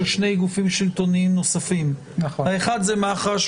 שני גופים שלטוניים נוספים האחד זה מח"ש,